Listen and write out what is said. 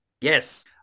Yes